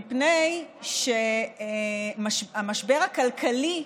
מפני שהמשבר הכלכלי,